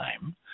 time